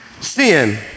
sin